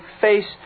face